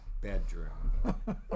bedroom